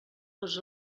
tots